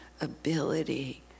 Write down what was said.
ability